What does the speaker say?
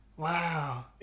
Wow